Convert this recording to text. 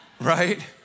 right